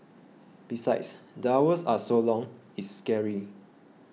besides the hours are so long it's scary